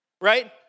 right